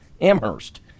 Amherst